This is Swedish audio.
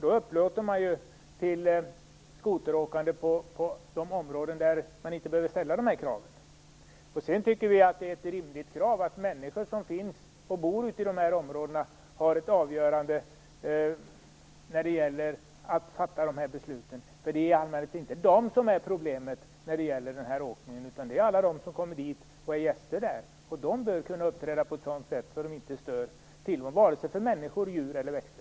Då upplåter man ju mark till skoteråkande i områden där man inte behöver ställa dessa krav. Sedan tycker vi att det är ett rimligt krav att människorna som finns och bor i de här områdena har avgörandet när det gäller att fatta dessa beslut. Det är i allmänhet inte de som är problemet när det gäller den här åkningen, utan det är alla som kommer dit som gäster. De bör kunna uppträda på ett sådant sätt att de inte stör tillvaron för vare sig människor, djur eller växter.